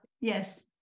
yes